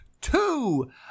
Two